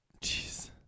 jeez